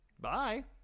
Bye